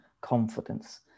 confidence